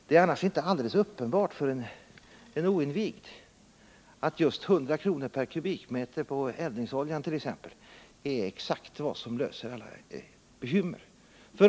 Det är alls inte helt uppenbart för en oinvigd att just en höjning med 100 kr. per kubikmeter på eldningsolja är exakt det som löser alla problem.